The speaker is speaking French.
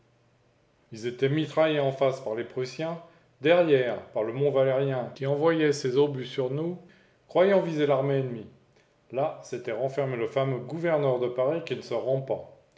ils étaient mitraillés en face par les prussiens derrière par le mont valérien qui envoyait ses obus sur nous croyant viser l'armée ennemie là s'était renfermé le fameux gouverneur de paris qui ne se rend pas